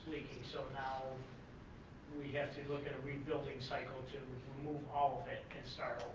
so now we have to look at a rebuilding cycle to remove all of it and start over.